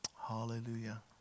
hallelujah